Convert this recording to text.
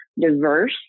diverse